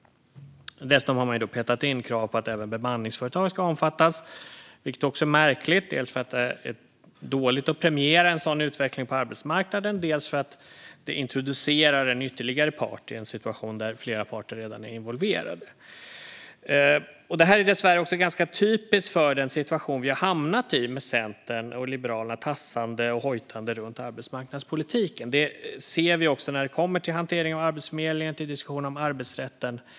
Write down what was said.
Dessutom har man petat in krav på att även bemanningsföretag ska omfattas, vilket också är märkligt, dels för att det är dåligt att premiera en sådan utveckling på arbetsmarknaden, dels för att det introducerar en ytterligare part i en situation där flera parter redan är involverade. Detta är dessvärre ganska typiskt för den situation vi har hamnat i, med Centern och Liberalerna tassande och hojtande runt arbetsmarknadspolitiken. Det ser vi också exempel på när det kommer till hanteringen av Arbetsförmedlingen och diskussionen om arbetsrätten.